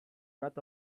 not